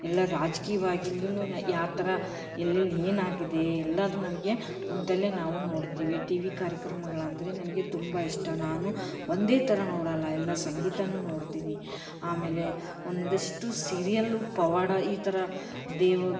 ಎಲ್ಲ ರಾಜಕೀವಾಗಿಲ್ಲಿನು ಯಾವ ಥರ ಎಲ್ಲೆಲ್ಲಿ ಏನಾಗಿದೆ ಎಲ್ಲದು ನಮಗೆ ಕುಂತಲ್ಲೇ ನಾವು ನೋಡ್ತೀವಿ ಟಿವಿ ಕಾರ್ಯಕ್ರಮಗಳಂದ್ರೆ ನನಗೆ ತುಂಬ ಇಷ್ಟ ನಾನು ಒಂದೇ ಥರ ನೋಡಲ್ಲ ಎಲ್ಲ ಸಂಗೀತನೂ ನೋಡ್ತೀನಿ ಆಮೇಲೆ ಒಂದಷ್ಟು ಸೀರಿಯಲ್ಲು ಪವಾಡ ಈ ಥರ ದೇವ್ರ